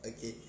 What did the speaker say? Okay